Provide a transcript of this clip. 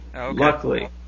luckily